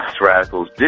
radicals